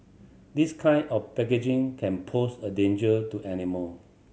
this kind of packaging can pose a danger to animal